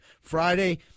Friday